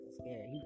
scared